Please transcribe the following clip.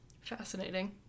fascinating